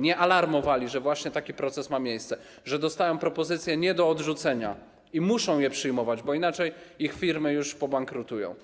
nie alarmowali, że właśnie taki proces ma miejsce, że dostają propozycje nie do odrzucenia i muszą je przyjmować, bo inaczej ich firmy już pobankrutują.